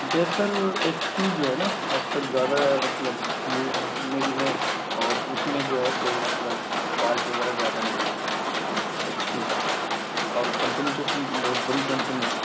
بہتر ایچ پی جو ہے نا آج کل زیادہ مطلب یوز میں بھی ہے اور اس میں جو ہے کوئی مطلب فالٹ وغیرہ زیادہ نہیں آتا ہے ایچ پی کا اور کمپنی چونکہ بہت بڑی کمپنی ہے